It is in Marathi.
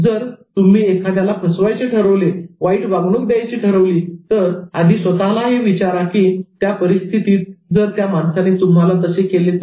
जर तुम्ही एखाद्याला फसवायचे ठरवले वाईट वागणूक द्यायची ठरवली तर आधी स्वतःला हे विचारा कि त्याच परिस्थितीत जर त्या माणसाने तुम्हाला तसे केले तर